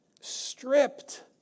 Stripped